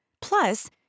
Plus